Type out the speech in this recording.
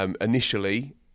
initially